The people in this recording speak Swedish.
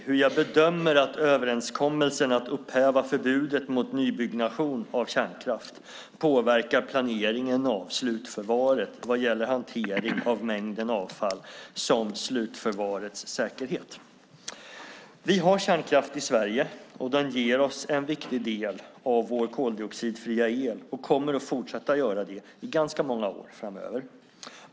Herr talman! Peter Jeppsson har frågat mig hur jag bedömer att överenskommelsen att upphäva förbudet mot nybyggnation av kärnkraft påverkar planeringen av slutförvaret vad gäller hantering av mängden avfall samt slutförvarets säkerhet. Vi har kärnkraft i Sverige och den ger oss en viktig del av vår koldioxidfria el och kommer att fortsätta göra det i ganska många år framöver.